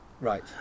Right